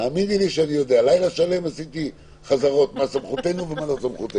לילה שלם עשיתי חזרות, מה סמכותנו ומה לא.